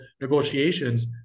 negotiations